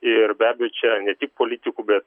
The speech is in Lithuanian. ir be abejo čia ne tik politikų bet